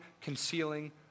concealing